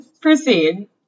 Proceed